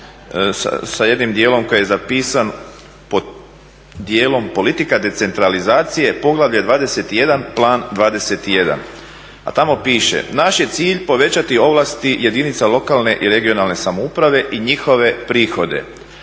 sa jednim dijelom koji je zapisan pod dijelom politika decentralizacije, Poglavlje XXI, Plan 21, a tamo piše: "Naš je cilj povećati ovlasti jedinica lokalne i regionalne samouprave i njihove prihode."